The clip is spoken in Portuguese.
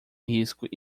risco